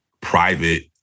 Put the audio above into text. private